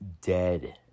dead